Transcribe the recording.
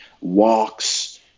walks